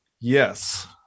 Yes